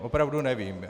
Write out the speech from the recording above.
Opravdu nevím.